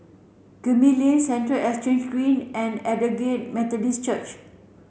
Gemmill Lane Central Exchange Green and Aldersgate Methodist Church